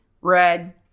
red